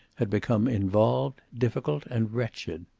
had become involved, difficult and wretched.